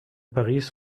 paris